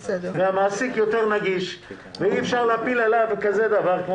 המעסיק יותר נגיש ואי אפשר להפיל עליו דבר כזה כמו